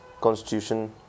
Constitution